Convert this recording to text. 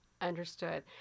Understood